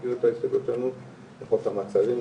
מכיר את ההסתייגות שלנו לחוק המעצרים,